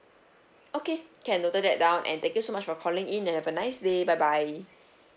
okay can noted that down and thank you so much for calling in and have a nice day bye bye